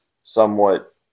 somewhat